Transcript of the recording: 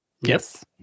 Yes